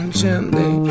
gently